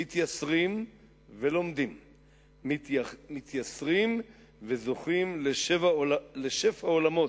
מתייסרין ולומדים, מתייסרים וזוכים לשפע עולמות,